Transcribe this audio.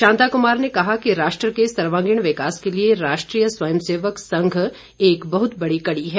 शांता कुमार ने कहा कि राष्ट्र के सर्वांगिण विकास के लिए राष्ट्रीय स्वयं सेवक संघ एक बहुत बड़ी कड़ी है